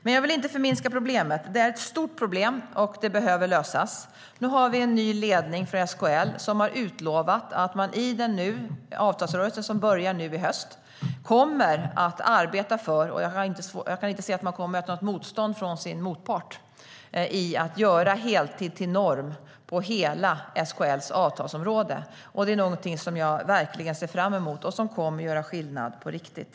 Men jag vill inte förminska problemet. Det är ett stort problem, och det behöver lösas. Nu har vi en ny ledning för SKL som har utlovat att man i den avtalsrörelse som börjar nu i höst kommer att arbeta för - och jag kan inte se att man kommer att möta något motstånd från sin motpart - att göra heltid till norm på hela SKL:s avtalsområde. Det är någonting som jag verkligen ser fram mot och som kommer att göra skillnad på riktigt.